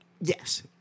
Yes